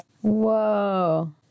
Whoa